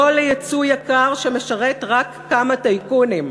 לא לייצוא יקר שמשרת רק כמה טייקונים".